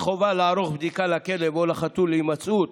חובה לערוך בדיקה לכלב או לחתול להימצאות